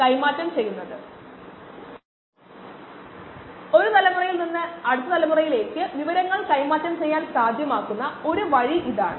ഉൽപാദന യൂണിറ്റിൽ നിന്നും അകലെയുള്ള ലാബിൽ എച്ച്പിഎൽസി മുതലായ അളവുകൾ ലഭ്യമാണ് ഉൽപാദന യൂണിറ്റ് വലുതാണ്